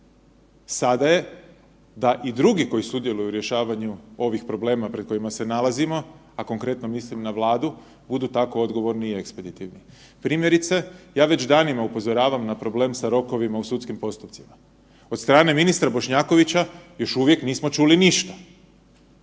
Sada je da i drugi koji sudjeluju u rješavanju ovih problema pred kojima se nalazimo, a konkretno mislim na Vladu, budu tako odgovorni i ekspeditivni. Primjerice, ja već danima upozoravam na problem sa rokovima u sudskim postupcima. Od strane ministra Bošnjakovića još uvijek nismo čuli ništa.